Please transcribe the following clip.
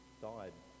died